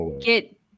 get